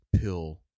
pill